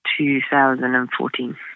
2014